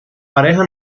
pareja